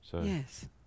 Yes